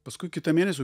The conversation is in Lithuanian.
paskui kitą mėnesį